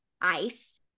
ice